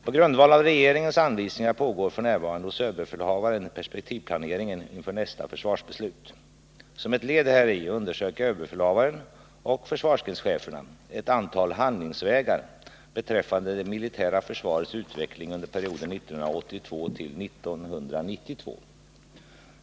På grundval av regeringens anvisningar pågår f. n. hos överbefälhavaren perspektivplaneringen inför nästa försvarsbeslut. Som ett led häri undersöker överbefälhavaren och försvarsgrenscheferna ett antal handlingsvägar beträffande det militära försvarets utveckling under perioden 1982-1992.